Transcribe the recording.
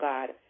God